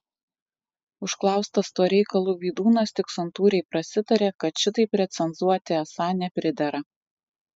užklaustas tuo reikalu vydūnas tik santūriai prasitarė kad šitaip recenzuoti esą nepridera